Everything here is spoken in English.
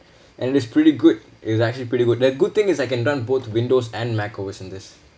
and it's pretty good it's actually pretty good the good thing is I can run both windows and mac O_S in this